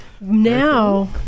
Now